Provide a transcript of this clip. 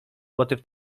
motyw